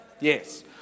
Yes